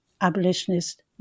abolitionist